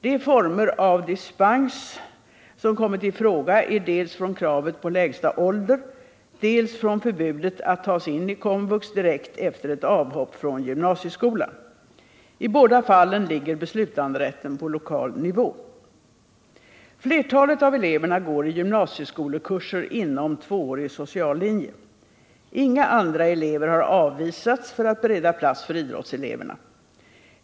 De former av dispens som kommit i fråga är dels från kravet på lägsta ålder, dels från förbudet att tas in i KOMVUX direkt efter ett avhopp från gymnasieskolan. I båda fallen ligger beslutanderätten på lokal nivå. Flertalet av eleverna går i gymnasieskolekurser inom tvåårig social linje. Inga andra elever har avvisats för att bereda plats för ”idrottseleverna”.